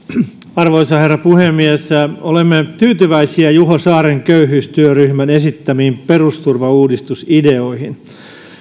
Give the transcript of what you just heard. arvoisa herra puhemies olemme tyytyväisiä juho saaren köyhyystyöryhmän esittämiin perusturvauudistusideoihin